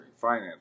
finance